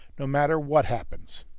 no matter what happens.